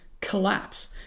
collapse